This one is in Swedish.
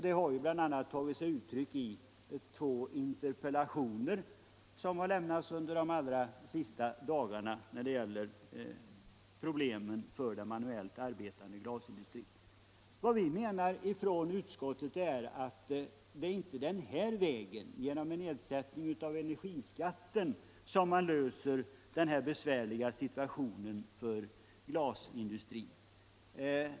De har bl.a. lett till att det under de allra senaste dagarna framställts två interpellationer om problemen för den manuellt Men utskottet menar att man inte kan avhjälpa glasindustrins besvärliga situation genom en nedsättning av energiskatten.